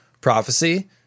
prophecy